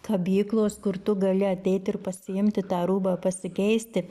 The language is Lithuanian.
kabyklos kur tu gali ateit ir pasiimti tą rūbą pasikeisti